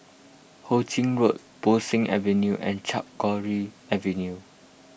Ho Ching Road Bo Seng Avenue and Camphor Avenue